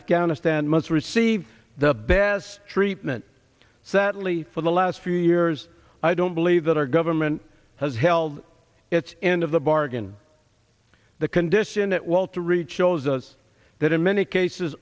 afghanistan must receive the best treatment sadly for the last few years i don't believe that our government has held its end of the bargain the condition at walter reed shows us that in many cases